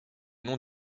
noms